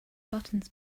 buttons